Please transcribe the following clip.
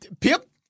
Pip